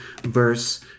verse